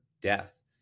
death